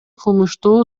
кылмыштуу